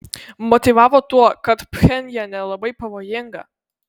motyvavo tuo kad pchenjane labai pavojinga